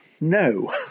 No